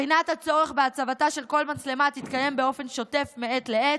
בחינת הצורך בהצבתה של כל מצלמה תתקיים באופן שוטף מעת לעת,